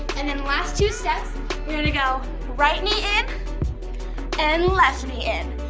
and then last two steps you're going to go right knee in and left knee in.